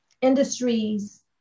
industries